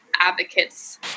advocates